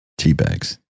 teabags